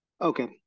Okay